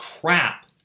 crap